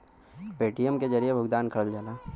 Paytm के जरिये भुगतान करल जाला